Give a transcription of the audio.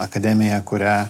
akademija kurią